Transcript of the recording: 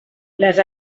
les